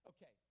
Okay